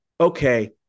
okay